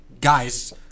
guys